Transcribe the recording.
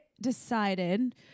decided